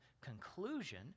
conclusion